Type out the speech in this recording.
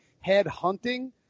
head-hunting